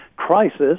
crisis